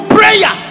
prayer